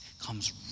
comes